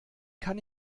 kann